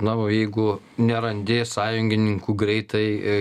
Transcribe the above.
na o jeigu nerandi sąjungininkų greitai